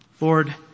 Lord